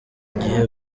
gihe